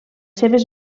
seves